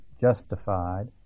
justified